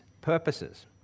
purposes